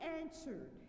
answered